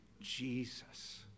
Jesus